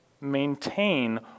maintain